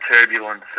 turbulence